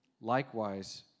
Likewise